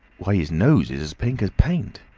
why, his nose is as pink as paint!